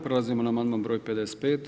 Prelazimo na amandman broj 55.